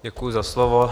Děkuji za slovo.